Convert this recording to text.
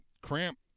Cramp